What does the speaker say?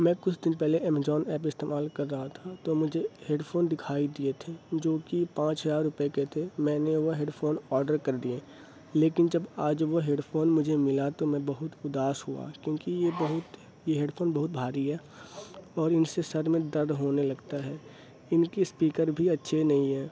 میں کچھ دن پہلے امیجون ایپ استعمال کر رہا تھا تو مجھے ہیڈ فون دکھائی دیے تھے جو کہ پانچ ہزار روپے کے تھے میں نے وہ ہیڈ فون آڈر کر دیے لیکن جب آج وہ ہیڈ فون مجھے ملا تو میں بہت اداس ہوا کیونکہ یہ بہت یہ ہیڈ فون بہت بھاری ہے اور ان سے سر میں درد ہونے لگتا ہے ان کے اسپیکر بھی اچھے نہیں ہیں